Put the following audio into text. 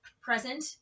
present